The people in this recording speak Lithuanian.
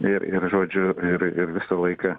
ir ir žodžiu ir ir visą laiką